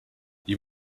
you